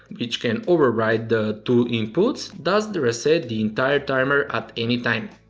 which can override the two inputs, thus the reset the entire timer at any time.